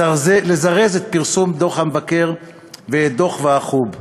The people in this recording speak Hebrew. לזרז את פרסום דוח המבקר ואת דוח ועדת החוץ והביטחון,